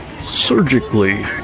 surgically